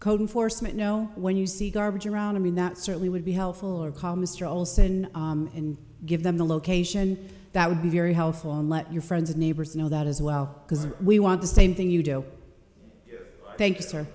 code enforcement know when you see garbage around i mean that certainly would be helpful or call mr olson and give them the location that would be very helpful and let your friends neighbors know that as well because we want the same thing you joe thanks